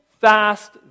fast